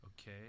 Okay